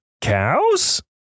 Cows